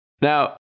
Now